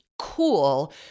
cool